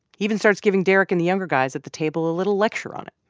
even starts giving derek and the younger guys at the table a little lecture on it.